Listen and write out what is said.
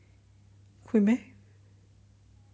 会 meh